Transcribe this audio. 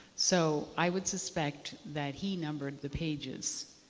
so i would suspect that he numbered the pages.